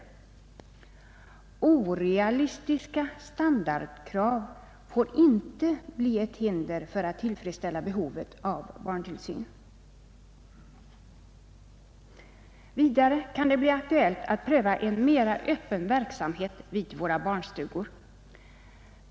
Orealistiska standardkrav får inte bli ett hinder för att tillfredsställa behovet av barntillsyn. Vidare kan det bli aktuellt att pröva en mera öppen verksamhet vid våra barnstugor.